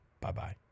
Bye-bye